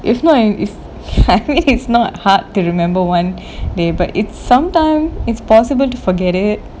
if not if it's not hard to remember one day but it's sometime it's possible to forget it